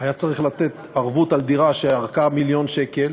היה צריך לתת ערבות על דירה שערכה מיליון שקל,